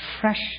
fresh